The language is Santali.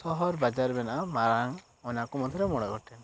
ᱥᱚᱦᱚᱨ ᱵᱟᱡᱟᱨ ᱢᱮᱱᱟᱜᱼᱟ ᱢᱟᱨᱟᱝ ᱚᱱᱟ ᱠᱚ ᱢᱩᱫᱽᱨᱮ ᱢᱚᱬᱮ ᱜᱚᱴᱮᱱ